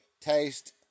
taste